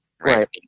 Right